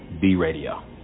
B-Radio